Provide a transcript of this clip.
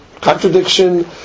Contradiction